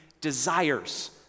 desires